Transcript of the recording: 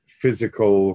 physical